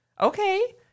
Okay